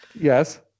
Yes